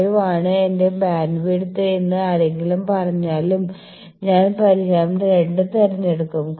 5 ആണ് എന്റെ ബാൻഡ്വിഡ്ത്ത് എന്ന് ആരെങ്കിലും പറഞ്ഞാലും ഞാൻ പരിഹാരം 2 തിരഞ്ഞെടുക്കും